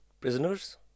prisoners